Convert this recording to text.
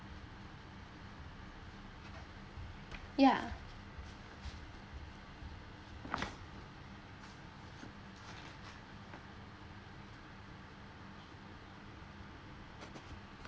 ya